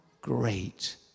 great